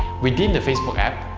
within the facebook app,